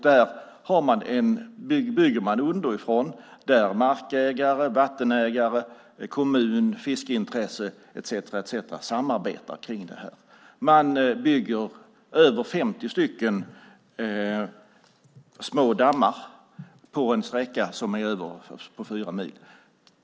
Där bygger man underifrån genom att markägare, vattenägare, kommunen, fiskeintressen etcetera samarbetar kring detta. Man bygger över 50 små dammar på en sträcka över fyra mil.